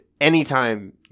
anytime